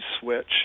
switch